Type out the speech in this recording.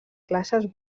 classes